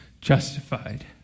justified